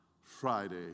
Friday